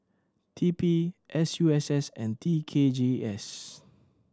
T P S U S S and T K G S